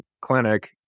clinic